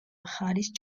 მხარის